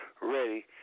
ready